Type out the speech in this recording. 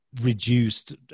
reduced